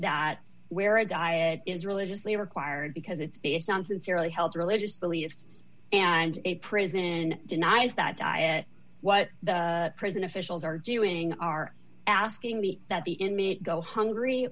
that where a diet is religiously required because it's based on sincerely held religious beliefs and a prison denies that what the prison officials are doing are asking me that the inmate go hungry